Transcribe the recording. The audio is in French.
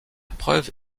preuve